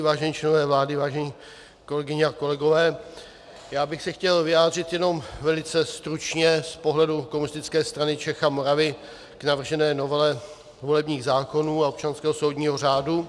Vážení členové vlády, vážené kolegyně a kolegové, já bych se chtěl vyjádřit jenom velice stručně z pohledu Komunistické strany Čech a Moravy k navržené novele volebních zákonů a občanského soudního řádu.